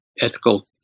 ethical